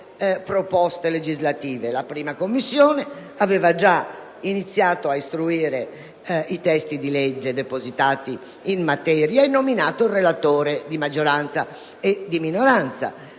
la 1a Commissione aveva già iniziato a istruire i testi di legge depositati in materia e nominato i relatori, di maggioranza e di minoranza.